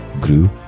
grew